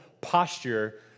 posture